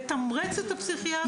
לתמרץ את הפסיכיאטריה.